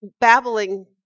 babbling